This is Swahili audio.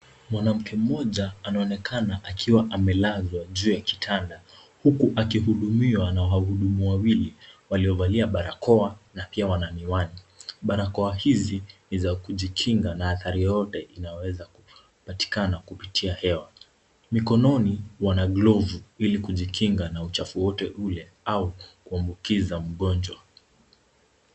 Mwanamke mmoja anaonekana akiwa amelazwa juu ya kitanda huku akihudumiwa na wahudumu wawili waliovalia barakoa na pia wana miwani. Barakoa hizi ni za kujikinga na athari yoyote inayoweza kupatikana kupitia hewa. Mikononi wana glovu ili kujikinga na uchafu wowote ule au kuambukiza mgonjwa.